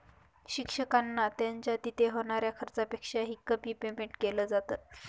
शिक्षकांना त्यांच्या तिथे होणाऱ्या खर्चापेक्षा ही, कमी पेमेंट केलं जात